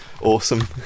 Awesome